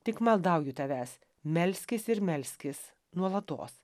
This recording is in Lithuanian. tik maldauju tavęs melskis ir melskis nuolatos